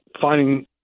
finding